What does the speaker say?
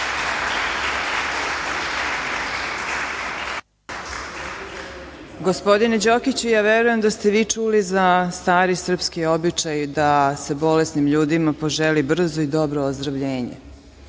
Gospodine Đokiću, verujem da ste vi čuli za stari srpski običaj da se bolesnim ljudima poželi brzo i dobro ozdravljenje. Ministar